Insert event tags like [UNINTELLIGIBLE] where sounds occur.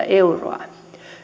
[UNINTELLIGIBLE] euroa